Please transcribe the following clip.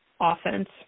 offense